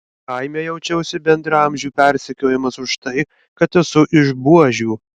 kaime jaučiausi bendraamžių persekiojamas už tai kad esu iš buožių